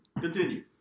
Continue